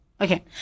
Okay